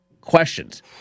questions